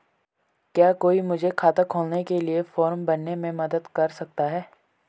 क्या कोई मुझे खाता खोलने के लिए फॉर्म भरने में मदद कर सकता है?